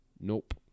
Nope